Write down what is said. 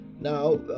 Now